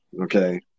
Okay